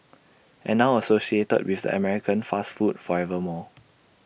and now associated with an American fast food forever more